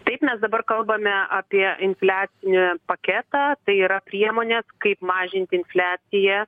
taip mes dabar kalbame apie infliacinį paketą tai yra priemonė kaip mažint infliaciją